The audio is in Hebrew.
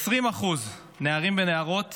20% נערים ונערות